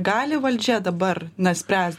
gali valdžia dabar na spręs